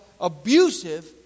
abusive